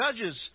Judges